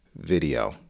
video